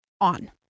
on